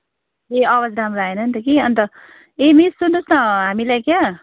ए आवाज राम्रो आएन नि त कि अन्त ए मिस सुन्नुहोस् न हामीलाई क्या